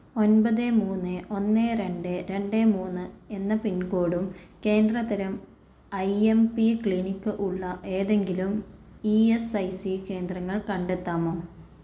ഒൻപത് മൂന്ന് ഒന്ന് രണ്ട് രണ്ട് മൂന്ന് എന്ന പിൻകോഡും കേന്ദ്ര തരം ഐ എം പി ക്ലിനിക് ഉള്ള ഏതെങ്കിലും ഇ എസ് ഐ സി കേന്ദ്രങ്ങൾ കണ്ടെത്താമോ